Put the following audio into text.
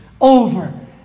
over